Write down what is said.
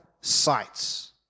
sites